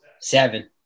Seven